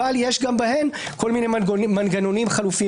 אבל גם בהן יש כל מיני מנגנונים חלופיים